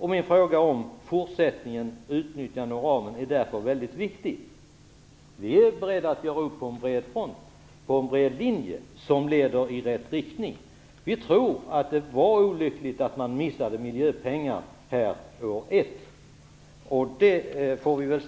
Min fråga om fortsättningen när det gäller utnyttjande av ramen är därför mycket viktig. Vi är beredda att göra upp på en bred linje som leder i rätt riktning. Vi tror att det var olyckligt att man missade miljöpengar under det första året.